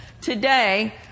today